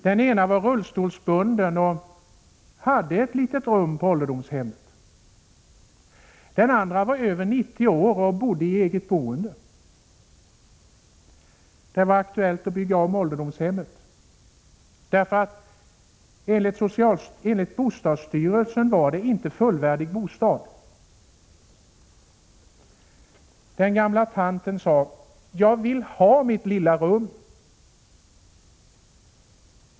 Den ena var rullstolsbunden och hade ett litet rum på ålderdomshemmet. Den andra var över 90 år och bodde i eget boende. Det var aktuellt att bygga om ålderdomshemmet, därför att enligt bostadsstyrelsen var det inte fullvärdig bostad. En av de gamla tanterna sade: Jag vill ha mitt lilla rum.